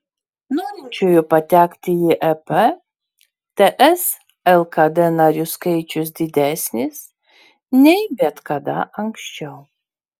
norinčiųjų patekti į ep ts lkd narių skaičius didesnis nei bet kada anksčiau